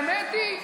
האמת היא,